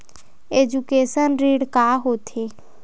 Education ऋण का होथे?